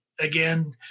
again